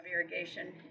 irrigation